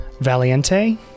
Valiente